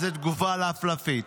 איזו תגובה לפלפית.